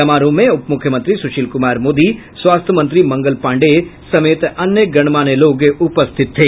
समारोह में उप मुख्यमंत्री सुशील कुमार मोदी स्वास्थ्य मंत्री मंगल पांडेय समेत अन्य गणमान्य लोग उपस्थित थे